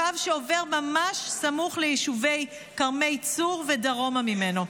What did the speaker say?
הקו שעובר ממש סמוך ליישובי כרמי צור ודרומה ממנו.